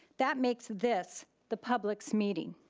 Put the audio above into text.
that makes this the public's meeting.